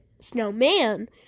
snowman